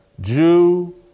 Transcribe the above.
Jew